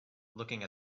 looking